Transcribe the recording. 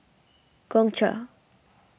Gongcha